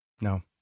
No